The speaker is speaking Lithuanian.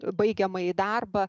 baigiamąjį darbą